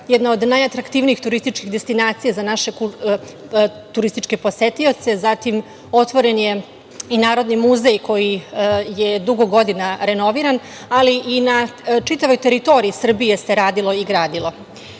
jedna od najatraktivnijih turističkih destinacija za naše turističke posetioce, zatim je otvoren i Narodni muzej koji je dugo godina renoviran, ali i na čitavoj teritoriji Srbije se radilo i gradilo. Takođe,